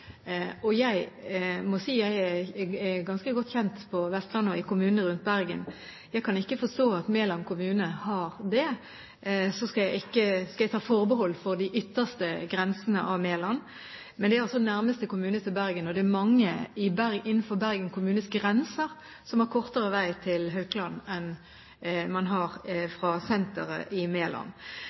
ganske godt kjent på Vestlandet og i kommunene rundt Bergen, og jeg kan ikke forstå at det er det fra Meland kommune. Så skal jeg ta forbehold om de ytterste grensene av Meland, men dette er altså nærmeste kommune til Bergen. Og det er mange innenfor Bergen kommunes grenser som har kortere vei til Haukeland enn man har fra senteret i